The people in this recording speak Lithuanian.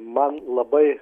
man labai